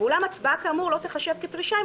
ואולם הצבעה כאמור לא תיחשב כפרישה אם